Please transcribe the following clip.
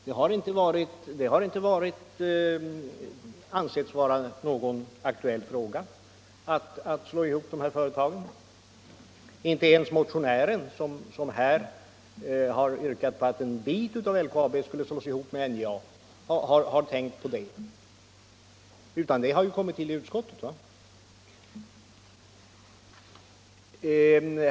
Det har inte ansetts vara någon aktuell fråga att slå ihop de här företagen. Inte ens motionären som här har yrkat på att en bit av LKAB skulle slås ihop med NJA har tänkt på det! Utan det förslaget har kommit fram i utskottet.